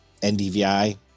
NDVI